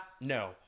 no